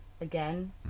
again